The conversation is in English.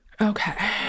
Okay